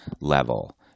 level